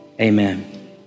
amen